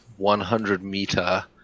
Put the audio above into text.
100-meter